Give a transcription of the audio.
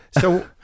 so-